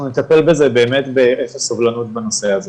נטפל בזה באמת באפס סובלנות בנושא הזה.